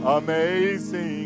amazing